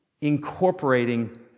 incorporating